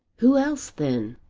who else then?